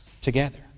together